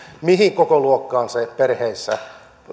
mihin kokoluokkaan tämä euromääräinen summa perheissä